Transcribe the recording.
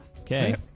okay